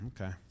Okay